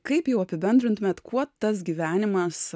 kaip jau apibendrintumėt kuo tas gyvenimas